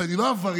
שאני לא עבריין.